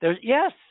Yes